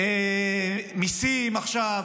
יותר מיסים עכשיו,